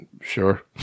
Sure